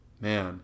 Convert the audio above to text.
Man